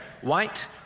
white